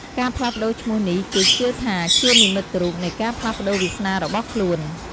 ការផ្លាស់ប្ដូរឈ្មោះនេះគេជឿថាជានិមិត្តរូបនៃការផ្លាស់ប្ដូរវាសនារបស់ខ្លួន។